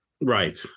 Right